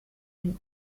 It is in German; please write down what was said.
den